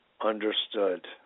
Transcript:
Understood